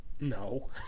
No